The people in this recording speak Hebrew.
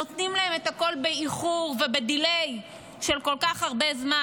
נותנים להם את הכול באיחור וב-delay של כל כך הרבה זמן.